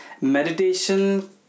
meditation